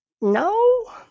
no